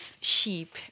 sheep